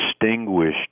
distinguished